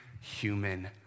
human